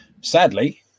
sadly